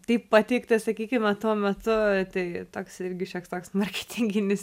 taip pateikta sakykime tuo metu tai toks irgi šioks toks marketinginis